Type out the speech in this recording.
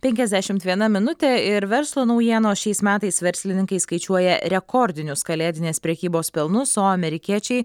penkiasdešimt viena minutė ir verslo naujienos šiais metais verslininkai skaičiuoja rekordinius kalėdinės prekybos pelnus o amerikiečiai